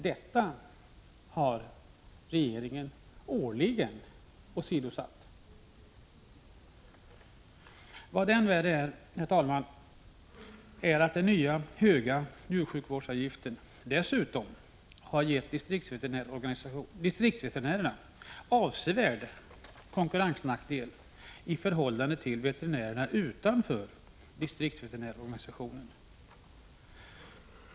Detta har regeringen årligen åsidosatt. Än värre, herr talman, är att den nya höga djursjukvårdsavgiften dessutom har gett distriktsveterinärerna avsevärd konkurrensnackdel i förhållande till veterinärerna utanför distriktsveterinärsorganisationen.